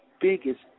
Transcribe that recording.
biggest